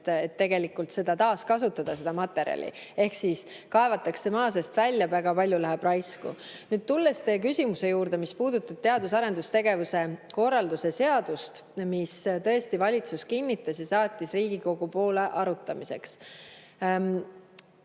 selle jaoks, et taaskasutada seda materjali. Ehk siis kaevatakse maa seest välja, väga palju läheb raisku. Nüüd, tulles teie küsimuse juurde, mis puudutab teadus- ja arendustegevuse korralduse seadust, mille tõesti valitsus kinnitas ja saatis Riigikogule arutamiseks.